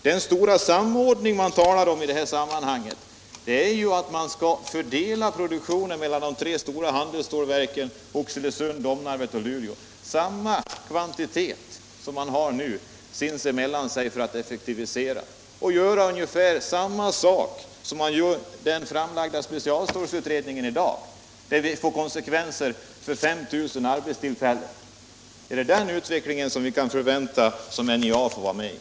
Den stora samordning som det talas om i sammanhanget går ut på att man skall fördela produktionen mellan de tre stora handelsstålverken i Oxelösund, Domnarvet och Luleå med samma kvantitet sinsemellan. Avsikten med det är att effektivisera verksamheten. Skall man göra på samma sätt som den framlagda specialstålsutredningen föreslår och som får konsekvenser för 5 000 arbetare? Är det den utvecklingen vi kan förvänta att NJA får vara med om?